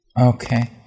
okay